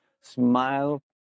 Smile